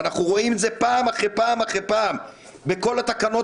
אנחנו רואים את זה פעם אחרי פעם אחרי פעם בכל התקנות